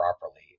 properly